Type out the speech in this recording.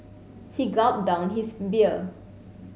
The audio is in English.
he gulped down his beer